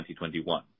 2021